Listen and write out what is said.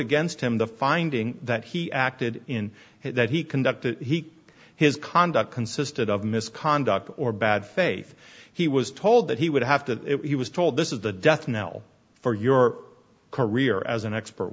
against him the finding that he acted in that he conducted he his conduct consisted of misconduct or bad faith he was told that he would have to if he was told this is the death knell for your career as an expert